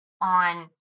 on